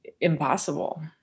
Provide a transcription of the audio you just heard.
impossible